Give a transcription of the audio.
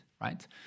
right